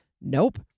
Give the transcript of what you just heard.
Nope